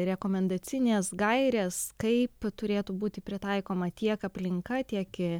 rekomendacinės gairės kaip turėtų būti pritaikoma tiek aplinka tiek į